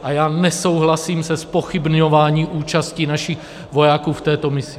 A já nesouhlasím se zpochybňováním účasti našich vojáků v této misi.